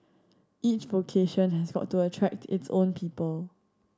each vocation has got to attract its own people